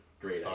great